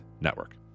Network